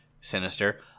sinister